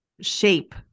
shape